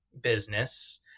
business